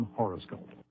horoscope